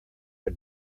are